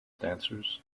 dancers